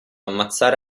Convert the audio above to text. ammazzare